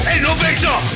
Innovator